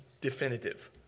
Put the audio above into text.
definitive